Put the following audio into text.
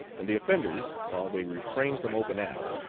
and the offenders, while they refrain from open acts,